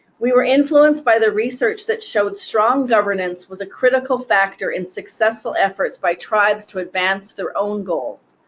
we were influenced by the research that showed strong governance was a critical factor in successful efforts by tribes to advance their own goals,